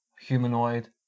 humanoid